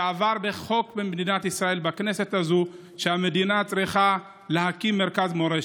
עבר בחוק במדינת ישראל בכנסת הזאת שהמדינה צריכה להקים מרכז מורשת.